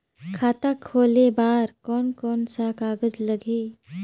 खाता खुले बार कोन कोन सा कागज़ लगही?